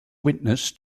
witness